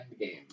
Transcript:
endgame